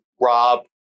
rob